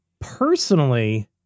Personally